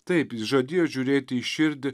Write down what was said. taip jis žadėjo žiūrėti į širdį